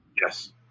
Yes